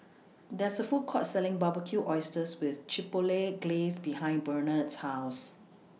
There IS A Food Court Selling Barbecued Oysters with Chipotle Glaze behind Bernhard's House